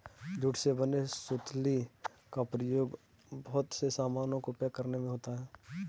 jute से बने सुतली का प्रयोग बहुत से सामानों को पैक करने में होता है